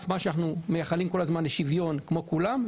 שאנחנו מייחלים כל הזמן לשוויון כמו כולם.